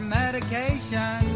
medication